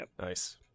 Nice